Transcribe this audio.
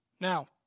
Now